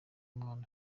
umwana